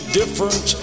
different